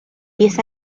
pies